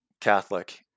Catholic